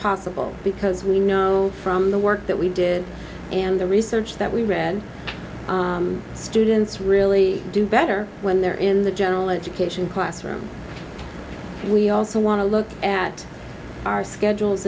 possible because we know from the work that we did and the research that we read students really do better when they're in the journal of education classroom we also want to look at our schedules